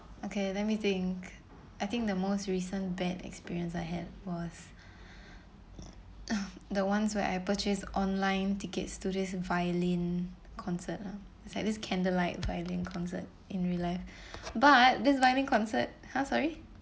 okay let me think I think the most recent bad experience I had was the ones where I purchased online tickets to this violin concert lah it's like this candlelight violin concert in real life but this violin concert !huh! sorry